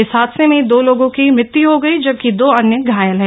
इस हादसे में दो लोगों की मृत्यू हो गई जबकि दो अन्य घायल हैं